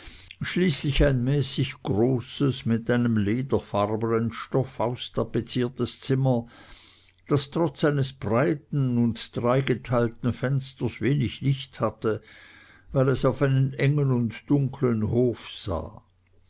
schließlich ein mäßig großes mit einem lederfarbnen stoff austapeziertes zimmer das trotz eines breiten und dreigeteilten fensters wenig licht hatte weil es auf einen engen und dunklen hof sah